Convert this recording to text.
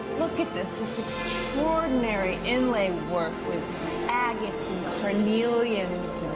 look at this. it's extraordinary inlay work with agates and carnelians,